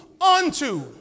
Unto